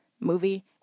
movie